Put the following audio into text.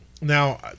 Now